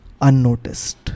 unnoticed